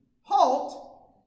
halt